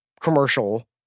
commercial